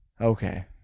Okay